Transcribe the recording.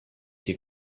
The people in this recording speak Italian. che